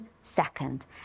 second